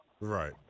Right